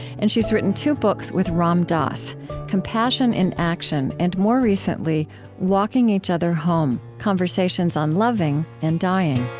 and she's written two books with ram dass compassion in action and more recently walking each other home conversations on loving and dying